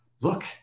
look